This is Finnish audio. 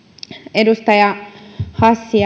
edustaja hassi